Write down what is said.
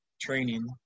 training